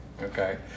okay